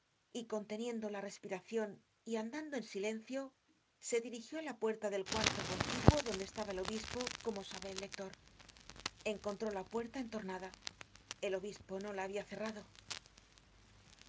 y conteniendo la respiracion y andando en silencio se dirigió á la puerta del cuarto contiguo donde estaba el obispo como sabe el lector encontró la puerta entornada el obispo no la habia cerrado